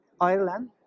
Ireland